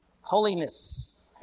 Holiness